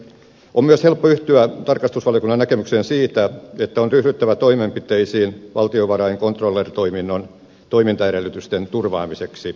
on myös helppo yhtyä tarkastusvaliokunnan näkemykseen siitä että on ryhdyttävä toimenpiteisiin valtiovarain controller toiminnon toimintaedellytysten turvaamiseksi